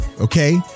okay